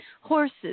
horses